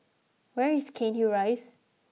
where is Cairnhill Rise